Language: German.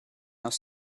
aus